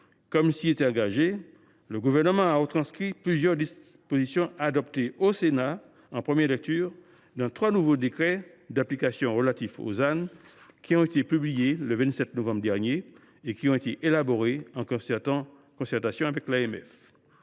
comme il s’y était engagé, le Gouvernement a retranscrit plusieurs dispositions adoptées au Sénat en première lecture dans trois nouveaux décrets d’application de la loi ZAN publiés le 27 novembre dernier – ces derniers ont été élaborés en concertation avec